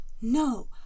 No